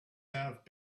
have